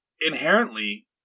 Inherently